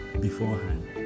beforehand